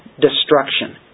destruction